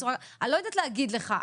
אני לא יודעת להגיד לך,